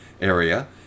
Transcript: area